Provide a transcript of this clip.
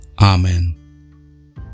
Amen